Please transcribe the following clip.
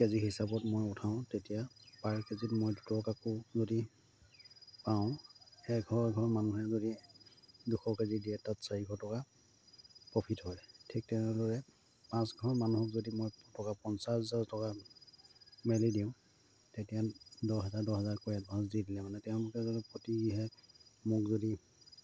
কে G হিচাপত মই উঠাওঁ তেতিয়া পাৰ কে জিত মই দুটকাকৈ যদি পাওঁ এঘৰ এঘৰ মানুহে যদি দুশ কে জি দিয়ে তাত চাৰিশ টকা প্ৰফিট হয় ঠিক তেনেদৰে পাঁচঘৰ মানুহক যদি মই টকা পঞ্চাছ হাজাৰ টকা মেলি দিওঁ তেতিয়া দহ হাজাৰ দহ হাজাৰকৈ এডভান্স দি দিলে মানে তেওঁলোকে যদি প্ৰতিহে মোক যদি